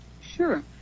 Sure